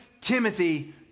Timothy